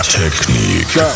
technique